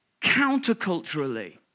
counterculturally